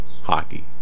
Hockey